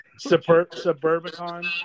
Suburbicon